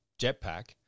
jetpack